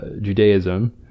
Judaism